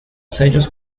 sellos